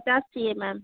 पचास चाहिए मैम